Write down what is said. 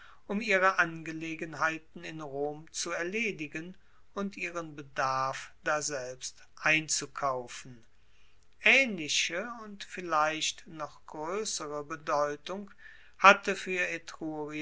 um ihre angelegenheiten in rom zu erledigen und ihren bedarf daselbst einzukaufen aehnliche und vielleicht noch groessere bedeutung hatte fuer